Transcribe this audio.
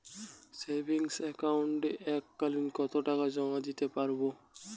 Savings একাউন্টে এক কালিন কতটাকা জমা দিতে পারব?